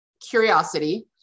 curiosity